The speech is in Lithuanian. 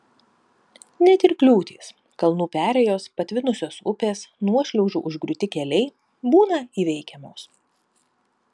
net ir kliūtys kalnų perėjos patvinusios upės nuošliaužų užgriūti keliai būna įveikiamos